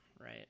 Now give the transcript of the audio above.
right